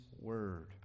Word